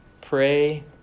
Pray